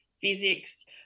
physics